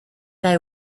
they